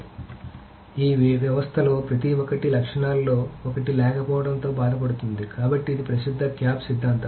కాబట్టి ఈ వ్యవస్థల్లో ప్రతి ఒక్కటి లక్షణాలలో ఒకటి లేకపోవడంతో బాధపడుతోంది కాబట్టి ఇది ప్రసిద్ధ క్యాప్ సిద్ధాంతం